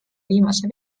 viimase